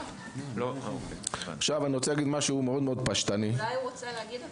לא, אולי הוא רוצה להגיד אותם.